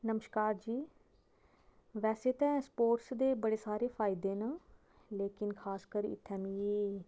नमस्कार जी वैसे ते स्पोर्ट्स दे बड़े सारे फैदे न लैकिन खासकर इत्थै मिगी